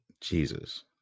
Jesus